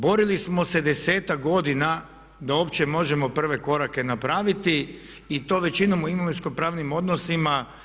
Borili smo se 10-ak godina da uopće možemo prve korake napraviti i to većinom u imovinsko-pravnim odnosima.